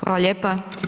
Hvala lijepa.